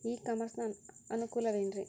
E commerce ನ ಅನುಕೂಲವೇನ್ರೇ?